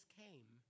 came